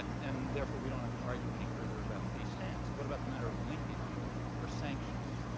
and therefore, we don't have to argue any further about the stance. what about the matter of linkage or sanctions?